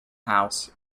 house